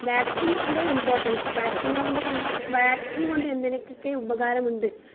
വാക്സിനിൻ്റെ importance vaccine കോണ്ട് കൊണ്ട് vaccine കൊണ്ട് എന്തിനൊക്കെ ഉപകാരമുണ്ട്